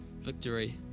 Victory